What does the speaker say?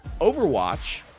Overwatch